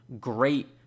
great